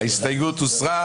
ההסתייגות הוסרה.